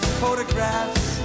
photographs